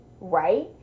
right